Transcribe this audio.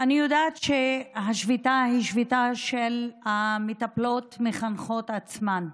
אני יודעת שהשביתה היא שביתה של המטפלות המחנכות עצמן,